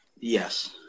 Yes